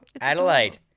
Adelaide